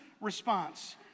response